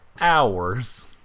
Hours